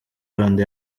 rwanda